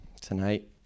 tonight